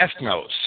ethnos